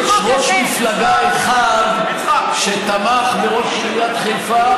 יש ראש מפלגה אחד שתמך בראש עיריית חיפה